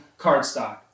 cardstock